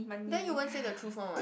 then you won't say the truth one what